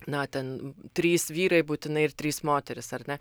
na ten trys vyrai būtinai ir trys moterys ar ne